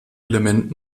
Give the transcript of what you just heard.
element